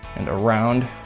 and around,